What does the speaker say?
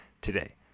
today